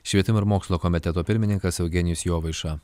švietimo ir mokslo komiteto pirmininkas eugenijus jovaiša